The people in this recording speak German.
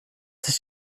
sich